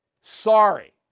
Sorry